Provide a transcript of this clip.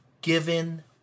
given